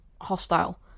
hostile